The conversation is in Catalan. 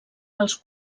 dels